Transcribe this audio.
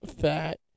fat